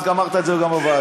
אמרת את זה גם בוועדה.